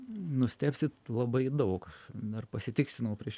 nustebsit labai daug dar pasitikslinau prieš